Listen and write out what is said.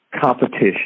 Competition